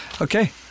okay